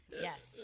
Yes